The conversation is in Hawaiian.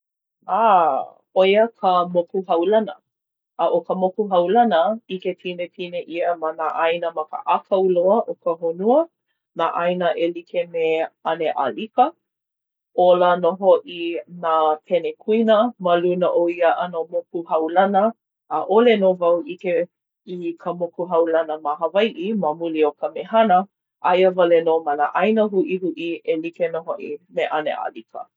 ʻĀ ʻo ia ka moku hau lana. A ʻo ka moku hau lana, ʻike pinepine ʻia ma nā ʻāina ma ka ʻākau loa o ka honua, nā ʻāina e like me ʻAneʻālika. Ola nō hoʻi nā penekuina ma luna o ia ʻano ka moku hau lana. ʻAʻole nō wau ʻike i ka moku hau lana ma Hawaiʻi ma muli o ka mehana. Aia wale nō ma nā ʻāina huʻihuʻi e like nō hoʻi me ʻAneʻālika.